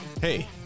Hey